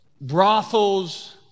brothels